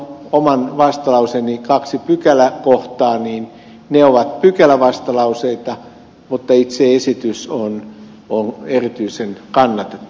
nuo oman vastalauseeni kaksi pykäläkohtaa ovat pykälävastalauseita mutta itse esitys on erityisen kannatettava